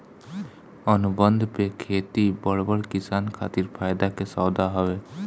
अनुबंध पे खेती बड़ बड़ किसान खातिर फायदा के सौदा हवे